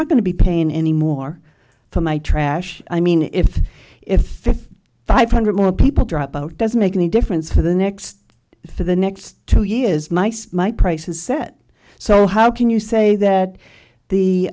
not going to be paying any more for my trash i mean if if if five hundred more people drop out doesn't make any difference for the next for the next two years nice my price is set so how can you say that